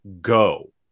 go